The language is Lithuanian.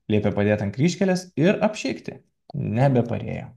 liepė padėti ant kryžkelės ir apšikti nebeparėjo